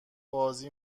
بازی